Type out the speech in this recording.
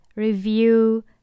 review